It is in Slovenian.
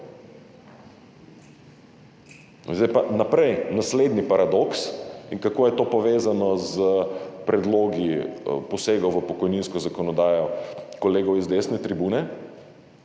Zdaj pa naprej, naslednji paradoks in kako je to povezano s predlogi posegov v pokojninsko zakonodajo kolegov z desne tribune.